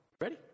Ready